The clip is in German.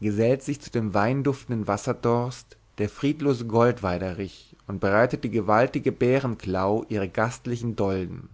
gesellt sich zu dem weinduftenden wasserdost der friedlose goldweiderich und breitet die gewaltige bärenklau ihre gastlichen dolden